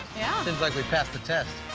yeah. seems like we passed the test.